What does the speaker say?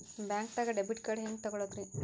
ಬ್ಯಾಂಕ್ದಾಗ debit card ಹೆಂಗ್ ತಗೊಳದ್ರಿ?